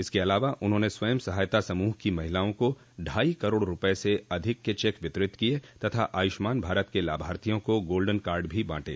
इसके अलावा उन्होंने स्वयं सहायता समूह की महिलाओं को ढ़ाई करोड़ रूपये से अधिक के चेक वितरित किये तथा आयुष्मान भारत के लाभार्थियों को गाल्डन कार्ड भी बांटे